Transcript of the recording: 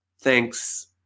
thanks